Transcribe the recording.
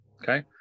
Okay